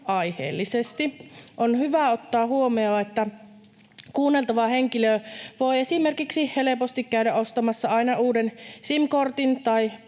aiheellisesti. On hyvä ottaa huomioon, että kuunneltava henkilö voi esimerkiksi helposti käydä ostamassa aina uuden sim-kortin tai